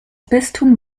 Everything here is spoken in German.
bistum